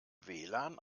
wlan